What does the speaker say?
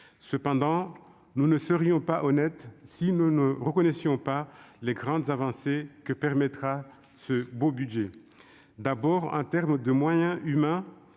Cependant, nous ne serions pas honnêtes si nous ne reconnaissions pas les grandes avancées que permettra ce beau budget. Je pense tout d'abord aux moyens humains,